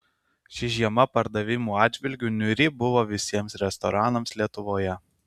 ši žiema pardavimų atžvilgiu niūri buvo visiems restoranams lietuvoje